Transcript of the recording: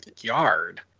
yard